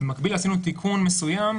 במקביל עשינו תיקון מסוים,